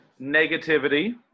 Negativity